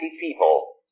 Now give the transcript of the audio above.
people